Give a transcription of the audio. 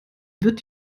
wird